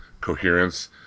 coherence